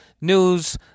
news